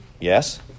yes